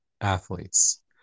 athletes